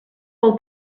pel